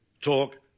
talk